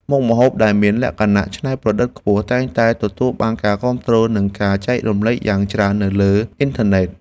មុខម្ហូបដែលមានលក្ខណៈច្នៃប្រឌិតខ្ពស់តែងតែទទួលបានការគាំទ្រ និងការចែករំលែកយ៉ាងច្រើននៅលើអ៊ីនធឺណិត។